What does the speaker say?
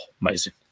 amazing